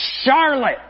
Charlotte